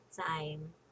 time